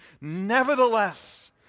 Nevertheless